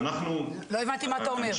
לא הבנתי מה אתה אומר.